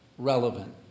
relevant